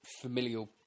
familial